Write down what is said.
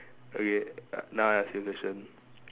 okay uh now I ask you a question